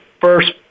first